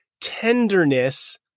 tenderness